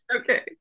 okay